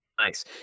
Nice